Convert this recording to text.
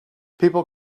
people